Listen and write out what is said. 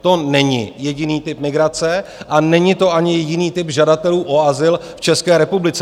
To není jediný typ migrace a není to ani jiný typ žadatelů o azyl v České republice.